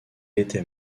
était